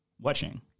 watching